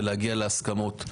להגיע להסכמות.